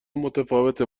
متفاوته